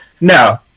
No